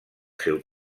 seu